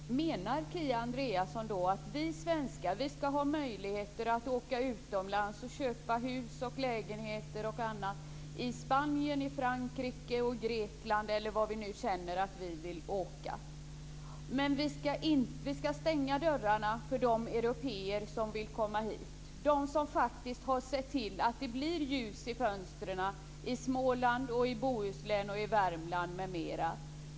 Fru talman! Menar Kia Andreasson att vi svenskar ska ha möjligheter att åka utomlands och köpa hus och lägenheter i Spanien, Frankrike, Grekland eller vad vi nu känner för men att vi ska stänga dörrarna för de européer som vill komma hit? Det är de som faktiskt har sett till att det blir ljus i fönstren i Småland, Bohuslän, Värmland m.m.